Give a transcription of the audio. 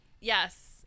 Yes